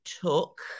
took –